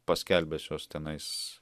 paskelbęs juos tenais